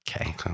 Okay